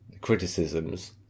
criticisms